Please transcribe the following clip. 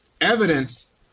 evidence